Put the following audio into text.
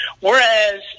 Whereas